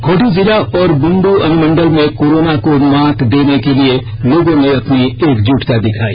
खूंटी जिला और बुंडू अनुमंडल में कोरोना को मात देने के लिए लोगों ने अपनी एकजुटता दिखाई